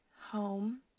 home